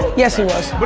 yes, he was. but